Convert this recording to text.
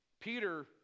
Peter